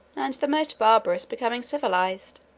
and the most barbarous become civilized.